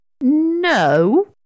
No